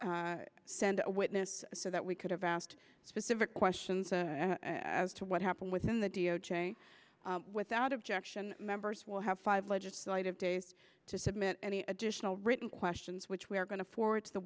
send a witness so that we could have asked specific questions as to what happened within the d o j without objection members will have five legislative days to submit any additional written questions which we are going to forward to the